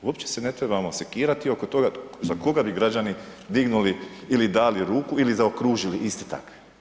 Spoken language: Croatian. Uopće se ne trebamo sikirati oko toga za koga bi građani dignuli ili dali ruku ili zaokružili iste takve.